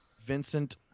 Vincent